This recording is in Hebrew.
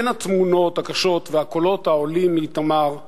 בין התמונות הקשות והקולות העולים מאיתמר,